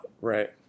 Right